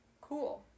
cool